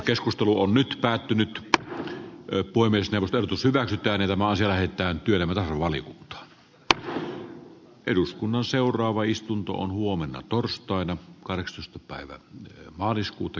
keskustelu on nyt päättynyt eu voimistellut usan rakennelmaa sillä että työnimellä valittua eduskunnan seuraava istunto on huomenna torstaina kahdeksas päivä maaliskuuta